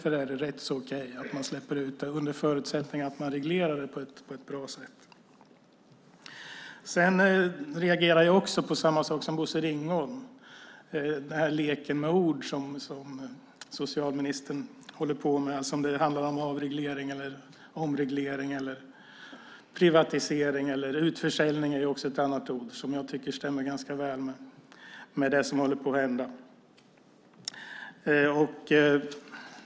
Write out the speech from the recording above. Det är rätt så okej att man släpper ut dem under förutsättning att man reglerar dem på ett bra sätt. Jag reagerar på samma sak som Bosse Ringholm, nämligen den lek med ord som socialministern håller på med - om det handlar om avreglering, omreglering eller privatisering. Utförsäljning är ett annat ord som jag tycker stämmer ganska väl med det som håller på att hända.